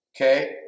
Okay